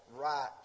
right